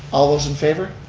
all those in favor?